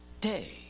day